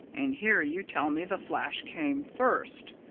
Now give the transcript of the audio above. and here you tell me the flash came first,